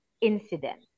incident